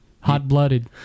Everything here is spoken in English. Hot-blooded